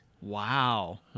Wow